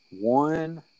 One